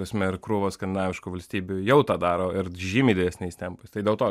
prasme ir krūva skandinaviškų valstybių jau tą daro ir žymiai didesniais tempais tai dėl to